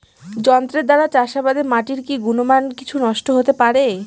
যন্ত্রের দ্বারা চাষাবাদে মাটির কি গুণমান কিছু নষ্ট হতে পারে?